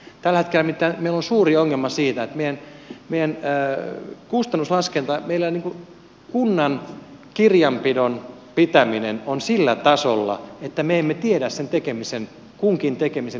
tällä hetkellä nimittäin meillä on suuri ongelma siinä että kustannuslaskenta kunnan kirjanpidon pitäminen on sillä tasolla että me emme tiedä kunkin tekemisen yksittäistä kustannusta